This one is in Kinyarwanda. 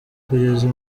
kugeza